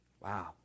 wow